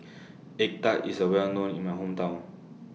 Egg Tart IS A Well known in My Hometown